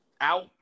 out